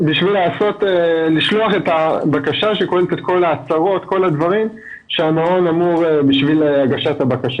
לשלוח את הבקשה עם כל ההצהרות שהמעון אמור לשלוח.